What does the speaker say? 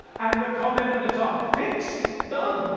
and the comment at the top fixed. done,